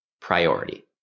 priority